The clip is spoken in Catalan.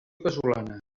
casolana